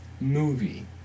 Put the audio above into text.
movie